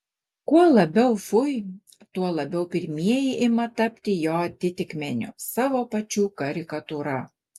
kuo labiau fui tuo labiau pirmieji ima tapti jo atitikmeniu savo pačių karikatūra